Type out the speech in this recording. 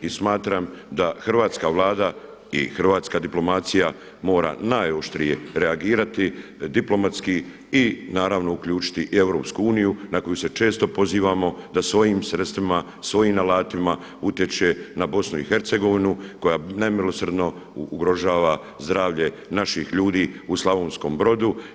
I smatram da hrvatska Vlada i hrvatska diplomacija mora najoštrije reagirati diplomatski i naravno uključiti i EU na koju se često pozivamo da svojim sredstvima, svojim alatima utječe na BiH koja nemilosrdno ugrožava zdravlje naših ljudi u Slavonskom Brodu.